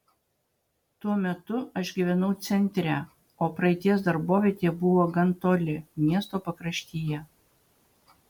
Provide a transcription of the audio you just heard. tuo metu aš gyvenau centre o praeities darbovietė buvo gan toli miesto pakraštyje